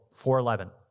411